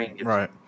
right